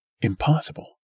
Impossible